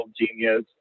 genius